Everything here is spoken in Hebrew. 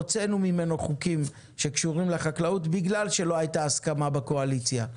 הוצאנו ממנו חוקים שקשורים בחקלאות בגלל שלא הייתה הסכמה בקואליציה.